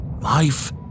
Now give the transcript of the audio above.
Life